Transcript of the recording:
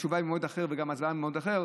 התשובה היא במועד אחר וגם ההצבעה במועד אחר.